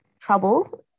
trouble